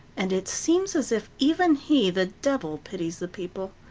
and it seems as if even he, the devil, pities the people.